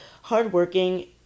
hardworking